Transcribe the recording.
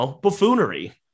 buffoonery